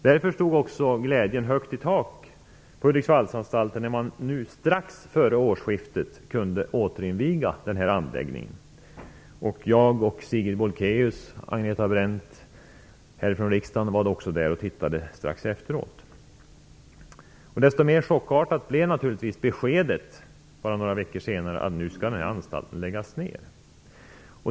Därför stod glädjen högt i tak på Hudiksvallsanstalten när man strax före årsskiftet kunde återinviga anläggningen. Jag, Sigrid Bolkéus och Agneta Brendt från riksdagen var där strax efteråt. Desto mer chockartat blev naturligtvis beskedet några veckor senare att anstalten skulle läggas ner.